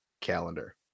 calendar